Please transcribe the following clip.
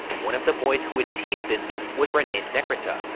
one of the boys who would tease vincent was rene secretan,